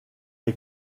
est